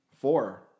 four